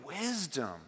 wisdom